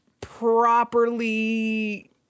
properly